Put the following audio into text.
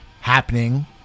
happening